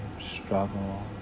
struggle